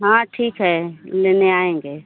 हाँ ठीक है लेने आएँगे